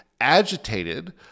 agitated